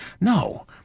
No